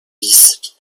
vices